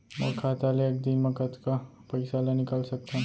मोर खाता ले एक दिन म कतका पइसा ल निकल सकथन?